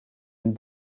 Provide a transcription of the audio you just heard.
een